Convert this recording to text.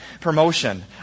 promotion